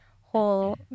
whole